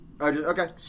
Okay